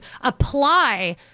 apply